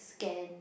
scan